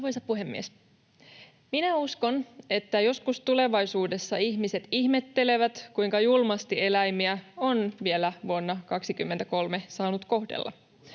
Uskon, että joskus tulevaisuudessa ihmiset ihmettelevät, kuinka julmasti eläimiä on vielä vuonna 23 saanut kohdella.